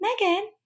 Megan